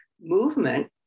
movement